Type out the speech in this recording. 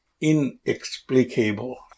inexplicable